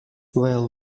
well